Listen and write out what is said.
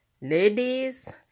ladies